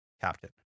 Captain